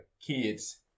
kids